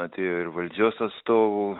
atėjo ir valdžios atstovų